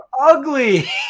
ugly